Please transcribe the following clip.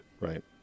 right